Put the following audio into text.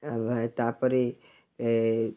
ତାପରେ